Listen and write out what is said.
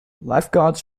lifeguards